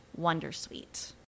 wondersuite